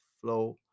flow